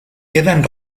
quedan